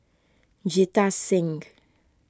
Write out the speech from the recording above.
Jita Think